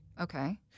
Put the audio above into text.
Okay